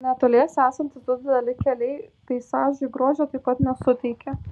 netoliese esantys du dideli keliai peizažui grožio taip pat nesuteikia